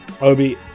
obi